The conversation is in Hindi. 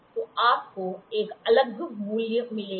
तो आपको एक अलग मूल्य मिलेगा